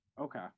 Okay